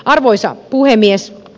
arvoisa puhemies